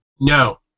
No